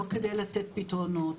לא כדי לתת פתרונות.